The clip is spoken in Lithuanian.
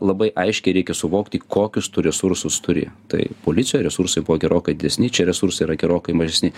labai aiškiai reikia suvokti kokius tu resursus turi tai policijoj resursai buvo gerokai didesni čia resursai yra gerokai mažesni